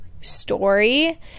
story